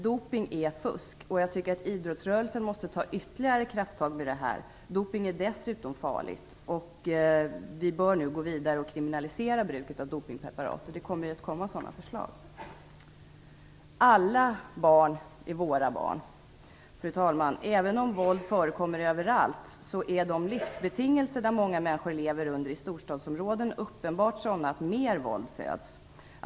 Dopning är fusk. Jag tycker att idrottsrörelsen måste ta ytterligare krafttag när det gäller detta. Dopning är dessutom farligt. Vi bör nu gå vidare och kriminalisera bruket av dopningspreparat. Det kommer att komma sådana förslag. Alla barn är våra barn. Fru talman! Även om våld förekommer överallt är de livsbetingelser som många människor lever under i storstadsområden uppenbart sådana att mer våld föds.